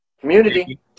Community